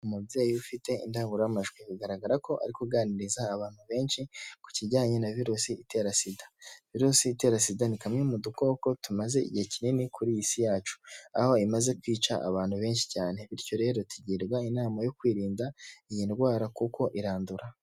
Umubyeyi ufite indangururamajwi, bigaragara ko ari kuganiriza abantu benshi ku kijyanye na virusi itera sida, virusi itera sida ni kamwe mu dukoko tumaze igihe kinini kuri iyi si yacu, aho imaze kwica abantu benshi cyane, bityo rero tugirwa inama yo kwirinda iyi ndwara kuko irandura.